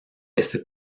ese